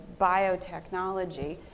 biotechnology